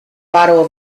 bottle